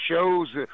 shows